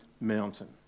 mountain